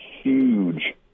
huge